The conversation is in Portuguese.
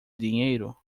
dinheiro